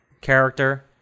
character